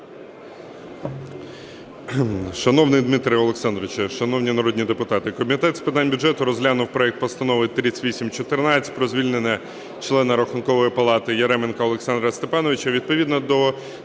Дмитре Олександровичу, шановні народні депутати, Комітет з питань бюджету розглянув проект Постанови 3814 про звільнення члена Рахункової палати Яременка Олександра Степановича.